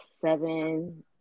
seven